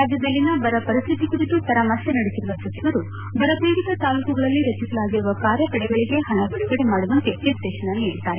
ರಾಜ್ಯದಲ್ಲಿನ ಬರ ಪರಿಸ್ಥಿತಿ ಕುರಿತು ಪರಾಮರ್ಶೆ ನಡೆಸಿರುವ ಸಚಿವರು ಬರ ಪೀಡಿತ ತಾಲೂಕುಗಳಲ್ಲಿ ರಚಿಸಲಾಗಿರುವ ಕಾರ್ಯಪಡೆಗಳಿಗೆ ಪಣ ಬಿಡುಗಡೆ ಮಾಡುವಂತೆ ನಿರ್ದೇಶನ ನೀಡಿದ್ದಾರೆ